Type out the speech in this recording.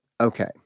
okay